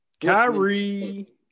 Kyrie